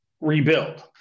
rebuild